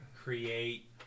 create